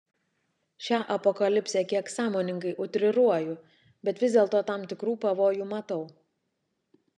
šią apokalipsę kiek sąmoningai utriruoju bet vis dėlto tam tikrų pavojų matau